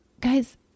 guys